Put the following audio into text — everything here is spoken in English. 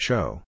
Show